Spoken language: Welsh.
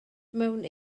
mewn